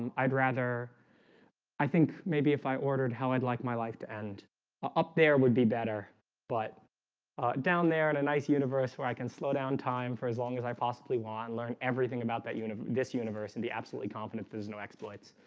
um i'd rather i think maybe if i ordered how i'd like my life to end up there would be better but down there in a nice universe where i can slow down time for as long as i possibly want and learn everything about that univ this universe and the absolutely confident. there's no exploits.